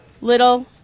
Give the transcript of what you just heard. little